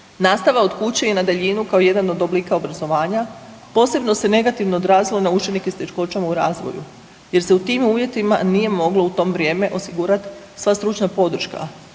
Nastava od kuće i na daljinu kao jedan od oblika obrazovanja posebno se negativno odrazilo na učenike s teškoćama u razvoju jer se u tim uvjetima nije moglo u to vrijeme osigurati sva stručna podrška